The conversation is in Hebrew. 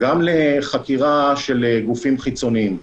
גם לחקירה של גופים חיצוניים.